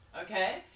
okay